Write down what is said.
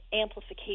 amplification